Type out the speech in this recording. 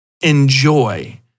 enjoy